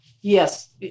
yes